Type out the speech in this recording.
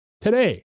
Today